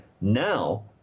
now